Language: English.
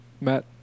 Matt